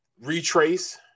retrace